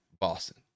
Boston